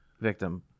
victim